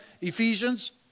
Ephesians